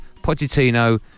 Pochettino